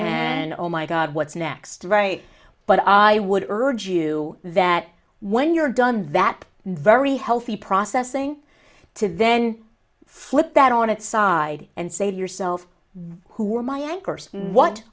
an oh my god what's next right but i would urge you that when you're done that very healthy processing to then flip that on its side and save yourself who are my anchor what